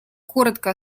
коротко